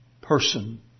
person